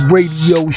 Radio